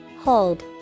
Hold